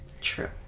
True